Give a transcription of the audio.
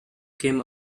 came